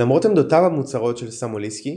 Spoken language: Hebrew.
למרות עמדותיו המוצהרות של סטמבוליסקי,